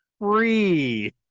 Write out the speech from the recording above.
free